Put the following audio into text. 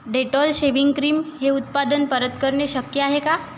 Dettol shaving cream हे उत्पादन परत करणे शक्य आहे का